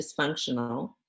dysfunctional